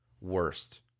worst